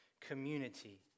community